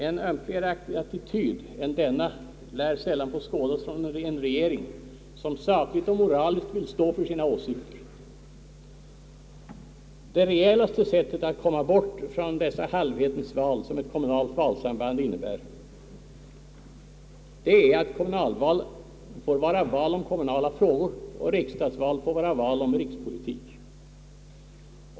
En ömkligare attityd än denna lär sällan få skådas från en regering som sakligt och moraliskt vill stå för sina åsikter. Det rejälaste sättet att komma bort från dessa halvhetens val som ett kommunalt valsamband innebär är att kommunalval får vara val om kommunala frågor och riksdagsval får vara val om rikspolitik.